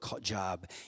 job